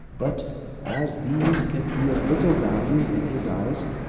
but as these can be of little value in his eyes,